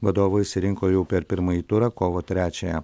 vadovą išsirinko jau per pirmąjį turą kovo trečiąją